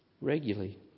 regularly